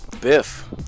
Biff